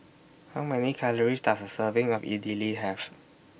How Many Calories Does A Serving of Idili Have